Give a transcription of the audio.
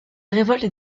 révolte